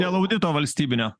dėl audito valstybinio